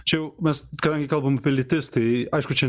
čia jau mes kadangi kalbam apie lytis tai aišku čia